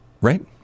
right